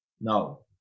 No